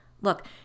Look